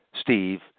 Steve